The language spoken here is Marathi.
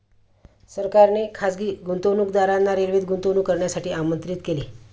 सरकारने खासगी गुंतवणूकदारांना रेल्वेत गुंतवणूक करण्यासाठी आमंत्रित केले